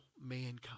mankind